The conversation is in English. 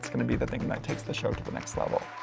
gonna be the thing that takes the show to the next level.